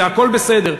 זה הכול בסדר,